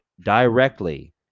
directly